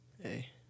Hey